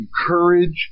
encourage